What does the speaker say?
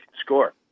score